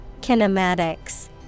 Kinematics